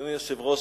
אדוני היושב-ראש,